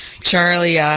Charlie